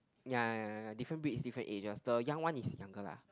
ya ya ya ya ya different breed is different age the young one is younger lah